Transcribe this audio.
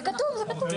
זה כתוב.